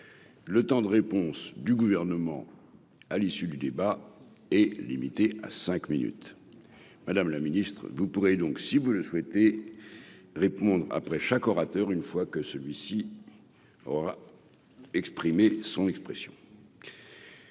le temps de réponse du gouvernement à l'issue du débat est limité à 5 minutes, Madame la Ministre, vous pourrez donc, si vous le souhaitez répondre après chaque orateur, une fois que celui-ci aura exprimé son expression.